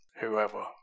whoever